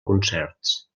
concerts